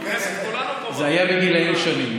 בכנסת כולנו פה, זה היה בגילים שונים.